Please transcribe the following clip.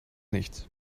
nichts